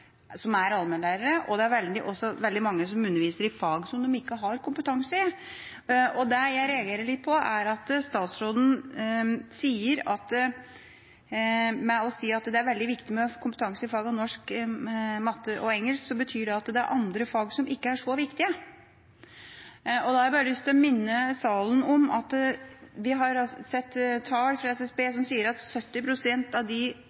som er allmennlærere, og det er også veldig mange som underviser i fag som de ikke har kompetanse i. Det jeg reagerer litt på, er at når statsråden sier at det er veldig viktig med kompetanse i fagene norsk, matte og engelsk, så betyr det at det er andre fag som ikke er så viktige. Da har jeg bare lyst til å minne salen om at vi har sett tall fra SSB som sier at 70 pst. av